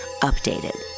Updated